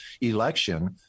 election